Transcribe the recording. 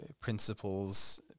principles